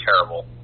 terrible